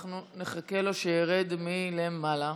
אנחנו נחכה לו שירד מלמעלה.